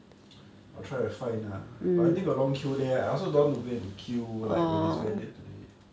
I'll try to find ah but I think got long queue there lah I also don't want to wait in the queue like when it's very late today